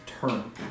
turn